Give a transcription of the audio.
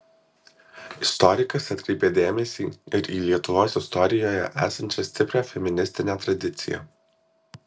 istorikas atkreipė dėmesį ir į lietuvos istorijoje esančią stiprią feministinę tradiciją